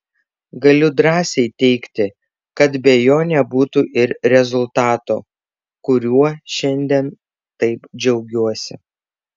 galiu drąsiai teigti kad be jo nebūtų ir rezultato kuriuo šiandien taip džiaugiuosi